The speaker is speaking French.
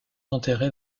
enterré